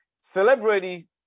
Celebrity